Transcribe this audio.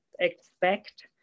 expect